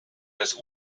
das